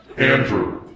andrew,